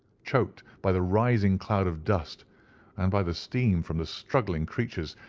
choked by the rising cloud of dust and by the steam from the struggling creatures,